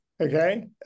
Okay